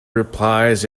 replies